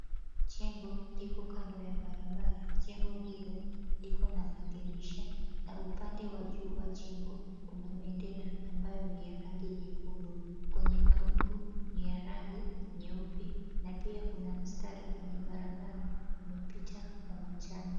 Jengo liko kando ya barabara. Jengo hilo liko na madirisha na upande wa juu wa jengo kuna bendera ambayo ni ya rangi nyekundu. Kwenye mawingu ni ya rangi nyeupe na pia kuna mstari kwenye barabara umepita wa manjano.